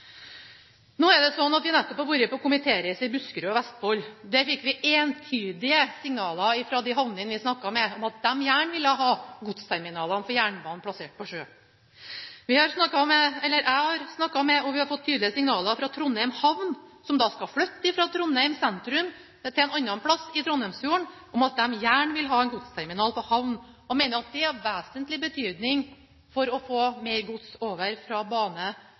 Vi har nettopp vært på komitéreise i Buskerud og Vestfold. Der fikk vi entydige signaler fra dem på havnene som vi snakket med, om at de gjerne ville ha godsterminalene for jernbanen plassert på sjø. Jeg har snakket med – og vi har fått tydelige signaler fra – Trondheim havn, som skal flytte fra Trondheim sentrum til et annet sted i Trondheimsfjorden, om at de gjerne vil ha en godsterminal på havna, og mener at det er av vesentlig betydning for å få mer gods over fra bane